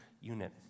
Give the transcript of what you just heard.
unit